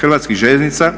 Hrvatskih željeznica